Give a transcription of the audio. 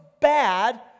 bad